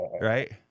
right